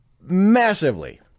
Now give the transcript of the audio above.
massively